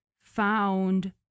found